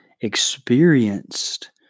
experienced